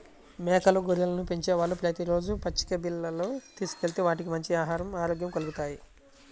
మేకలు, గొర్రెలను పెంచేవాళ్ళు ప్రతి రోజూ పచ్చిక బీల్లకు తీసుకెళ్తే వాటికి మంచి ఆహరం, ఆరోగ్యం కల్గుతాయి